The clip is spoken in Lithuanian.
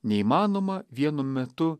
neįmanoma vienu metu